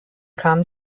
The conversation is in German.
kamen